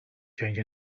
change